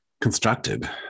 constructed